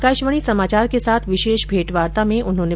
आकाशवाणी समाचार के साथ विशेष भेंटवार्ता में उन्होंने